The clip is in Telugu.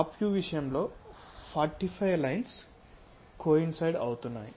టాప్ వ్యూ విషయంలో 45 లైన్స్ కోయిన్సైడ్ అవుతున్నాయి